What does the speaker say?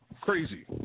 crazy